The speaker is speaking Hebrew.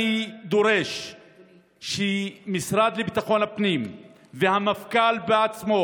אני דורש שהמשרד לביטחון הפנים והמפכ"ל בעצמו